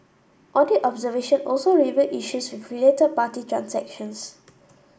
audit observation also revealed issues with related party transactions